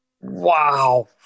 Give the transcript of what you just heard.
Wow